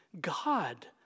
God